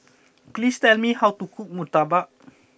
please tell me how to cook Murtabak